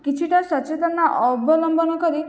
କିଛିଟା ସଚେତନ ଅବଲମ୍ବନ କରି